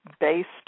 based